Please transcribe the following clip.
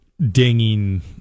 dinging